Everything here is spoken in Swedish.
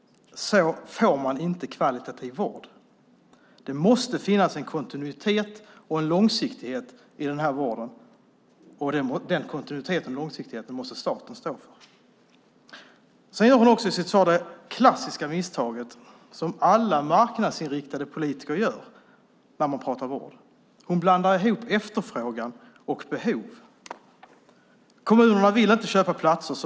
Så får man inte kvalitet i vården. Det måste finnas en kontinuitet och en långsiktighet i den här vården, och det måste staten stå för. Maria Larsson gör i sitt svar det klassiska misstaget som alla marknadsinriktade politiker gör när de pratar vård. Hon blandar ihop efterfrågan och behov. Kommunerna vill inte köpa platser.